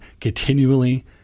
continually